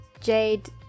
Jade